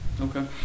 Okay